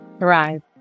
arrive